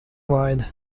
wide